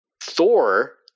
Thor